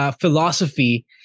philosophy